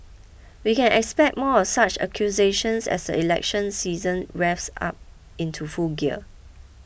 we can expect more of such accusations as the election season revs up into full gear